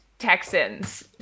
Texans